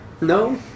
No